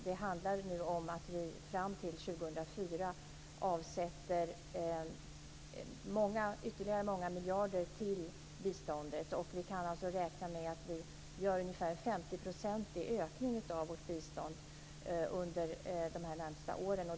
Det handlar om att vi fram till 2004 avsätter ytterligare många miljarder till biståndet. Vi kan räkna med att göra en 50 procentig ökning av vårt bistånd under de närmaste åren.